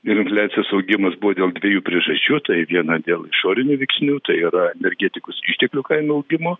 ir infliacijos augimas buvo dėl dviejų priežasčių tai viena dėl išorinių veiksnių tai yra energetikos išteklių kainų augimo